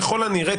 ככל הנראה,